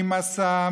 ממסע,